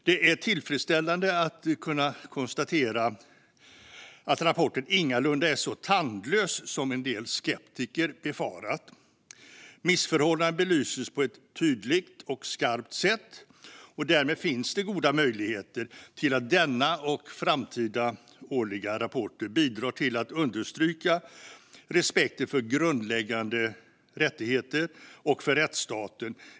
Det är tillfredsställande att konstatera att rapporten ingalunda är så tandlös som en del skeptiker har befarat. Missförhållanden belyses på ett tydligt och skarpt sätt. Därmed finns det goda möjligheter för att denna och framtida årliga rapporter kommer att bidra till att understryka respekten för grundläggande rättigheter och för rättsstaten.